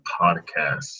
podcast